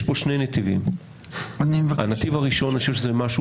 יש פה שני נתיבים: הנתיב הראשון זה המשהו